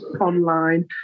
online